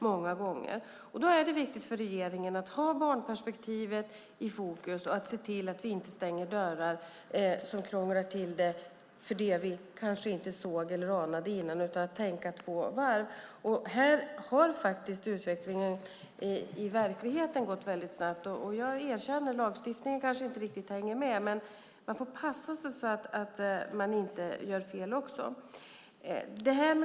Det är viktigt för regeringen att ha barnperspektivet i fokus och se till att vi inte stänger dörrar som krånglar till det för det vi inte såg eller anade innan utan tänka två varv. Utvecklingen i verkligheten har gått snabbt, och jag erkänner att lagstiftningen inte riktigt har hängt med. Man får dock passa sig så att man inte gör fel.